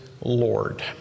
Lord